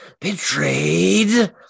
Betrayed